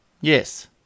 Yes